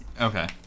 Okay